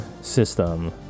system